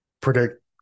predict –